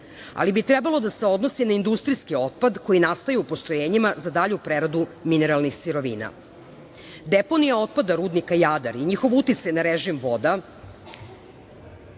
ali bi trebalo da se odnosi na industrijski otpad koji nastaje u postrojenjima za dalju preradu mineralnih sirovina. Deponija otpada rudnika "Jadar" i njihov uticaj na režim voda